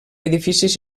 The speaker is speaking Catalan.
edificis